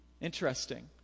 Interesting